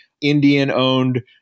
Indian-owned